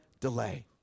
delay